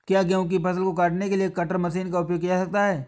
क्या गेहूँ की फसल को काटने के लिए कटर मशीन का उपयोग किया जा सकता है?